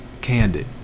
candid